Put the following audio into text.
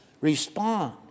respond